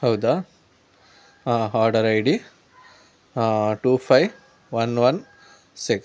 ಹೌದಾ harder I D two five one one six